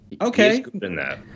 Okay